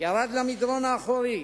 ירד למדרון האחורי,